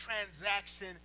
transaction